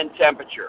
temperature